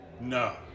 no